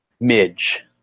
Midge